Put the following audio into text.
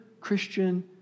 Christian